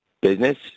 business